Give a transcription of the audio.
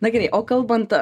na gerai o kalbant